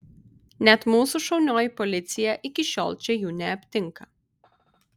net mūsų šaunioji policija iki šiol čia jų neaptinka